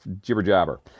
jibber-jabber